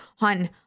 on